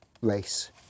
race